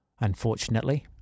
Unfortunately